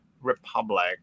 republic